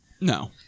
No